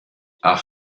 ach